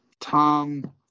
Tom